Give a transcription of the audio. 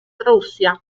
russia